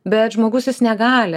bet žmogus jis negali